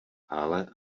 ale